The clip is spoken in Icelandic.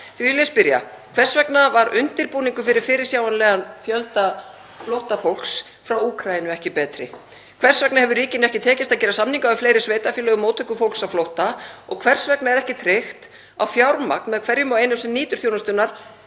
Því vil ég spyrja: Hvers vegna var undirbúningur fyrir fyrirsjáanlegan fjölda flóttafólks frá Úkraínu ekki betri? Hvers vegna hefur ríkinu ekki tekist að gera samninga við fleiri sveitarfélög um móttöku fólks á flótta? Og hvers vegna er ekki tryggt að fjármagn með hverjum og einum sem nýtur þjónustunnar